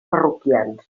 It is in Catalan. parroquians